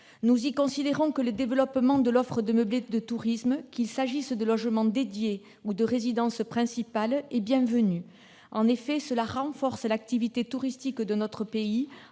Nous y considérons que le développement de l'offre de meublés de tourisme, qu'il s'agisse de logements dédiés ou de résidences principales, est bienvenu. En effet, il renforce l'activité touristique de notre pays